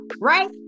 right